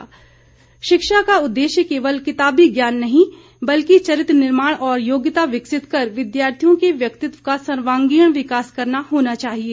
धुमल शिक्षा का उददेश्य केवल किताबी ज्ञान देना नहीं बल्कि चरित्र निर्माण और योग्यता विकसित कर विद्यार्थियों के व्यक्तित्व का सर्वांगिण विकास करना होना चाहिए